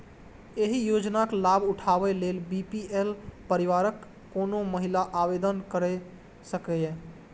एहि योजनाक लाभ उठाबै लेल बी.पी.एल परिवारक कोनो महिला आवेदन कैर सकैए